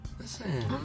Listen